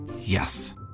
Yes